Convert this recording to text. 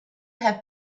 have